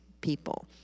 People